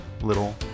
little